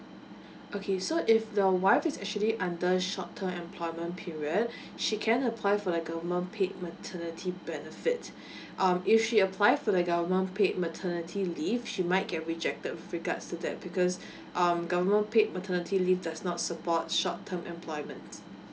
okay so if the wife is actually under shorter employment period she can apply for like a woman paid maternity benefits um if she apply for the government paid maternity leave she might get rejected with regards to that because um government paid maternity leave does not support short term employment